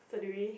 so do we